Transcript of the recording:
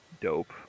dope